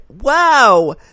Wow